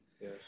Yes